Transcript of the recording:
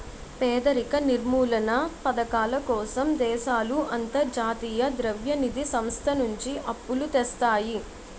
పేదరిక నిర్మూలనా పధకాల కోసం దేశాలు అంతర్జాతీయ ద్రవ్య నిధి సంస్థ నుంచి అప్పులు తెస్తాయి